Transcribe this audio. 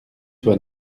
toi